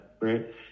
right